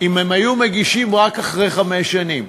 אם הם היו מגישים רק אחרי חמש שנים.